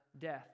death